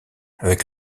avec